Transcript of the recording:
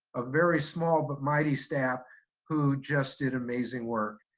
a very small but mighty staff who just did amazing work.